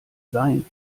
sein